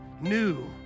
new